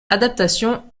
adaptations